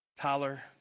Tyler